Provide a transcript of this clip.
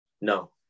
No